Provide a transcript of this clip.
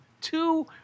two